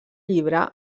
llibre